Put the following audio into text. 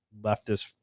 leftist